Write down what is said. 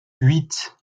huit